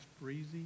breezy